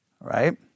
right